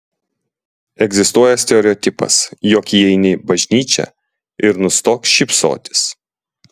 egzistuoja stereotipas jog įeini bažnyčią ir nustok šypsotis